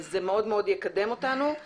זה מאוד מאוד יקדם אותנו.